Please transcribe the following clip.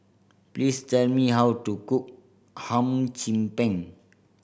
please tell me how to cook Hum Chim Peng